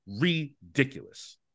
ridiculous